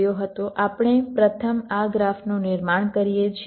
આપણે પ્રથમ આ ગ્રાફનું નિર્માણ કરીએ છીએ